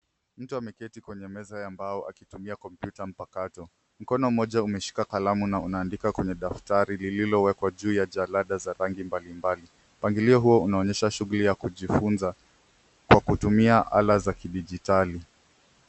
Mtu ameketi kwenye meza ya mbao akitumia kompyuta mpakato. Mkono mmoja umeshika kalamu na unaandika kwenye daftari lililowekwa juu ya jalada za rangi mbalimbali. Mpangilio huo unaonyesha shughuli ya kujifunza kwa kutumia ala za kidijitali.